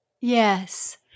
Yes